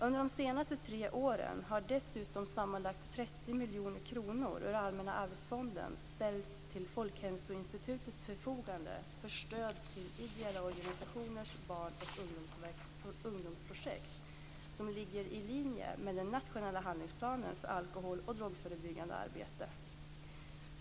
Under de senaste tre åren har dessutom sammanlagt 30 miljoner kronor ur Allmänna arvsfonden ställts till Folkhälsoinstitutets förfogande för stöd till ideella organisationers barn och ungdomsprojekt som ligger i linje med den nationella handlingsplanen för alkohol och drogförebyggande arbete.